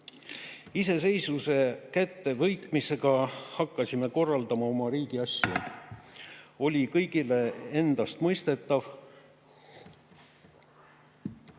iseseisvuse kättevõitmisega hakkasime korraldama oma riigi asju, siis oli kõigile endastmõistetav,